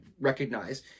recognize